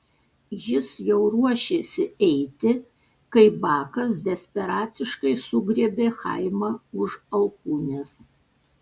jis jau ruošėsi eiti kai bakas desperatiškai sugriebė chaimą už alkūnės